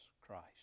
Christ